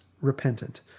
repentant